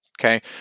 Okay